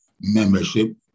membership